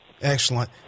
Excellent